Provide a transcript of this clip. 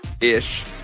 ish